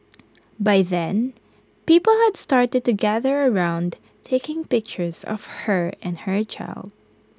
by then people had started to gather around taking pictures of her and her child